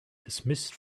dismissed